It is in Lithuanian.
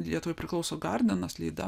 lietuvai priklauso gardinas lyda